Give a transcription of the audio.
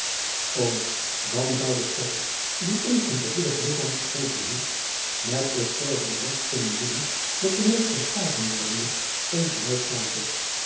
dan zou de chepper die ons een gevoelig ligchaam geschonken heeft met hetzelfde regt kunnen willen dat de mensch geslagen wordende geen geluid gave